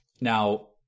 Now